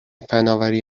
فناوری